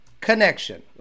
connection